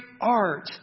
art